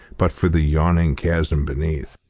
but for the yawning chasm beneath.